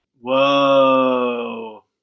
Whoa